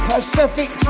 Pacific